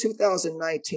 2019